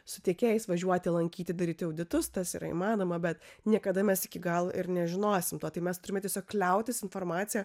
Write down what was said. su tiekėjais važiuoti lankyti daryti auditus tas yra įmanoma bet niekada mes iki galo ir nežinosim tai mes turime tiesiog kliautis informacija